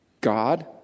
God